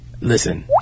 Listen